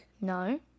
No